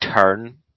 turn